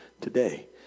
today